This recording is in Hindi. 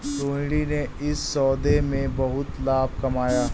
रोहिणी ने इस सौदे में बहुत लाभ कमाया